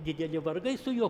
dideli vargai su juo